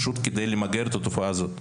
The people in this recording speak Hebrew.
למגר את התופעה הזו,